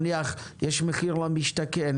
נניח יש מחיר למשתכן,